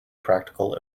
practical